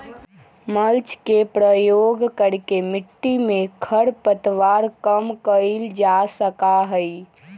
mulch के प्रयोग करके मिट्टी में खर पतवार कम कइल जा सका हई